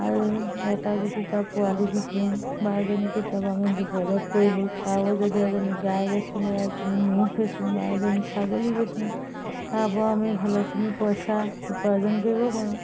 আৰু এটা যদি পোৱালী বিকোঁ বা এজনী কেতিয়াবা আমি বিপদত পৰিলেও তাৰ যদি এজনী গাই বেচোঁ বা এজনী ম'হ বেচোঁ বা এজনী ছাগলী বেচোঁ তাৰ পৰা আমি ভালেখিনি পইচা উপাৰ্জন কৰিব পাৰোঁ